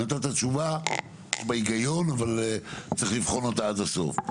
נתתם תשובה, אבל צריך לבחון אותה עד הסוף.